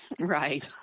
Right